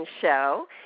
show